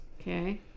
Okay